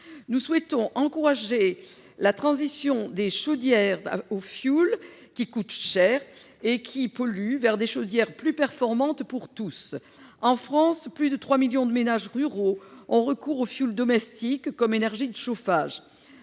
Nous souhaitons encourager la transition des chaudières au fioul, qui coûtent cher et qui polluent, vers des chaudières plus performantes pour tous. En France, plus de 3 millions de ménages ruraux ont recours au fioul domestique comme énergie de chauffage.